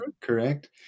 correct